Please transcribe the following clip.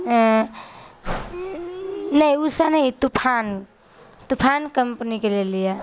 ऐं नहि उषा नहि तूफान तूफान कम्पनीके लेलियै